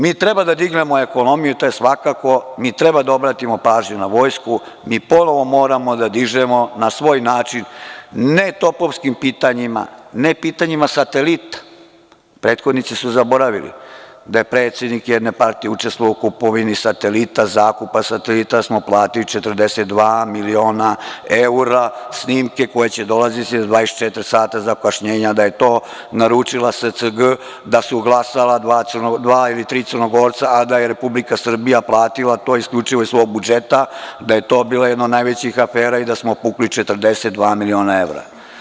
Mi treba da dignemo ekonomiju, to je svakako, mi treba da obratimo pažnju na vojsku, mi ponovo moramo da dižemo na svoj način, ne topovskim pitanjem, ne pitanjima satelita, prethodnici su zaboravili da je predsednik jedne partije učestvovao u kupovini satelita, zakup satelita smo platili 42 miliona eura, snimke koji će dolaziti za 24 sata zakašnjenja, da je to naručila SCG, da su glasala dva ili tri Crnogorca, a da je Republika Srbija, platila to isključivo iz svog budžeta, da je to bila jedna od najvećih afera i da smo pukli 42 miliona evra.